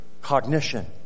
cognition